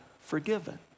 forgiven